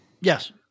Yes